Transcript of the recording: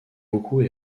beaucoup